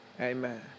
Amen